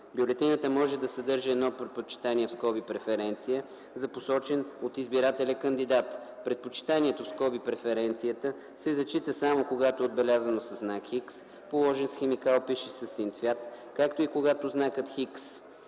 Бюлетината може да съдържа едно предпочитание (преференция) за посочен от избирателя кандидат. Предпочитанието (преференцията) се зачита само, когато е отбелязано със знак „Х”, положен с химикал, пишещ със син цвят, както и когато знакът „Х”